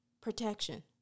protection